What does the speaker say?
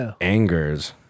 Angers